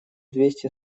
двести